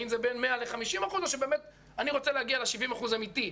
האם זה בין 100% ל-50% או שבאמת אני רוצה להגיע ל-70% אמיתי,